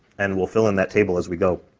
and we'll fill in that table as we go.